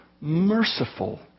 merciful